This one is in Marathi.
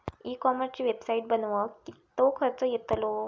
ई कॉमर्सची वेबसाईट बनवक किततो खर्च येतलो?